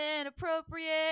inappropriate